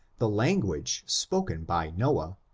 the language spoken by noah,